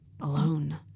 alone